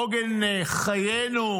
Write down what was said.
עוגן חיינו,